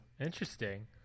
interesting